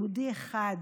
יהודי אחד.